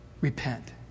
Repent